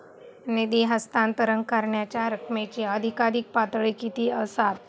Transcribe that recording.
निधी हस्तांतरण करण्यांच्या रकमेची अधिकाधिक पातळी किती असात?